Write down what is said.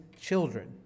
children